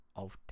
auf